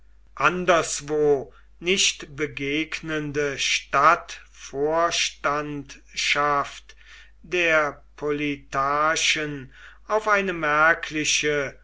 anderswo nicht begegnende stadtvorstandschaft der politarchen auf eine merkliche